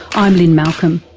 i'm lynne malcolm.